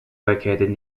located